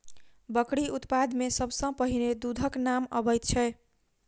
बकरी उत्पाद मे सभ सॅ पहिले दूधक नाम अबैत छै